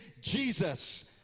Jesus